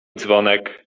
dzwonek